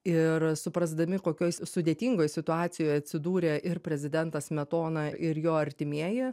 ir suprasdami kokioj sudėtingoj situacijoje atsidūrė ir prezidentas smetona ir jo artimieji